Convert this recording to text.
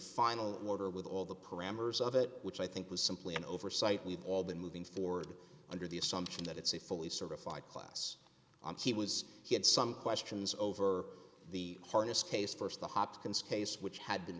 final order with all the parameters of it which i think was simply an oversight we've all been moving forward under the assumption that it's a fully certified class he was he had some questions over the harness case for the hopkins case which had been